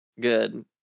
Good